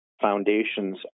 Foundations